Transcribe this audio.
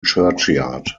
churchyard